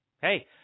Hey